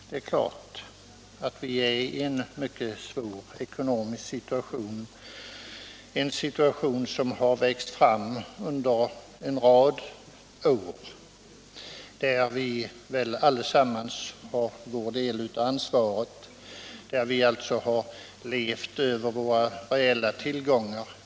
Det är klart att vi befinner oss i en mycket svår ekonomisk situation, en situation som har växt fram under en rad år och där vi väl allesamman har vår del av ansvaret. Vi har levt över våra reella tillgångar.